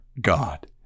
God